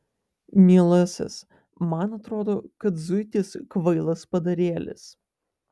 mielasis man atrodo kad zuikis kvailas padarėlis